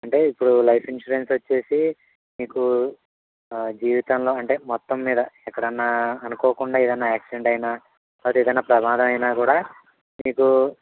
అంటే ఇప్పుడు life insurance వచ్చేసి మీకు జీవితంలో అంటే మొత్తం మీద ఎక్కడన్నా అనుకోకుండా ఏదయినా యాక్సిడెంట్ అయిన లేకపోతే ఏదయినా ప్రమాదమైన కూడా మీకు